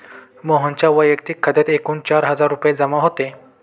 मोहनच्या वैयक्तिक खात्यात एकूण चार हजार रुपये जमा होते